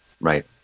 Right